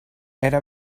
era